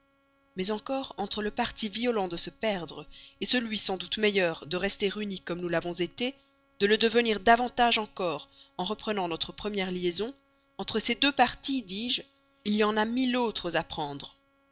mais entre le parti violent de se perdre celui sans doute meilleur de rester unis comme nous l'avons été de le devenir davantage encore en reprenant notre première liaison entre ces deux partis dis-je il y en a mille autres à prendre